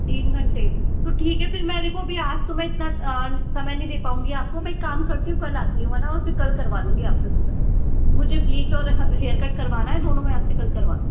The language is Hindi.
तीन घंटे तो ठीक है फिर मैं देखो आज तो मैं इतना समय नहीं दे पाऊँगी आपको मैं एक काम करती हूँ है न मैं कल आती हूँ फिर कल करवा लूँगी आपसे सुबह मुझे ब्लीच और हेअरकट करवाना है दोनों मैं आपसे कल करवा लूँगी